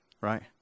right